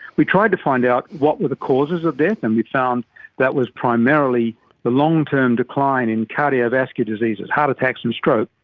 we tried to find out what were the causes of death, and we found that was primarily the long-term decline in cardiovascular diseases, heart attacks and um stroke.